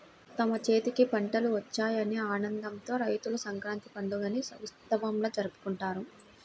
తమ చేతికి పంటలు వచ్చాయనే ఆనందంతో రైతులు సంక్రాంతి పండుగని ఉత్సవంలా జరుపుకుంటారు